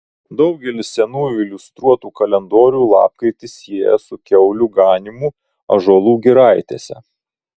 daugelis senųjų iliustruotų kalendorių lapkritį sieja su kiaulių ganymu ąžuolų giraitėse